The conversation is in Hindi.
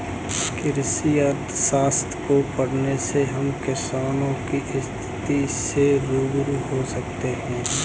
कृषि अर्थशास्त्र को पढ़ने से हम किसानों की स्थिति से रूबरू हो सकते हैं